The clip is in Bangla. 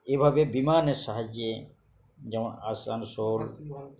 এভাবে বিমানের সাহায্যে যেমন আসানসোল